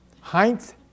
Heinz